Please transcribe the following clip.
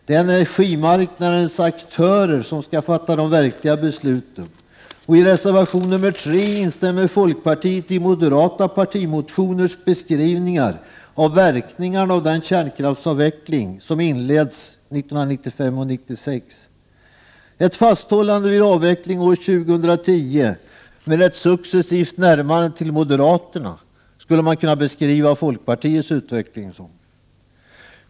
Det är energimarknadens aktörer som skall fatta de verkliga besluten, och i reservation nr 3 instämmer folkpartiet i moderata partimotioners beskrivningar av verkningarna av den kärnkraftsavveckling som inleds 1995 och 1996. Man skulle kunna beskriva folkpartiets utveckling som ett fasthållande vid avveckling år 2010 med ett successivt närmande till moderaterna.